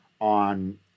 on